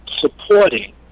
supporting